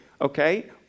okay